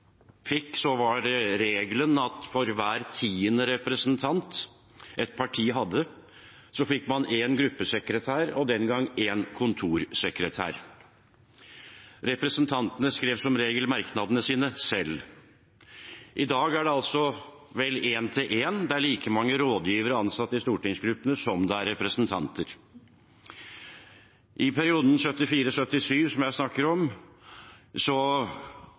fikk, var regelen at for hver tiende representant et parti hadde, fikk man én gruppesekretær og én kontorsekretær. Representantene skrev som regel merknadene sine selv. I dag er det altså vel én til én. Det er like mange rådgivere ansatt i stortingsgruppene som det er representanter. I perioden 1974–1977, som jeg snakker om,